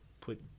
put